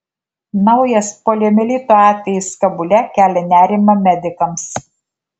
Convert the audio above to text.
naujas poliomielito atvejis kabule kelia nerimą medikams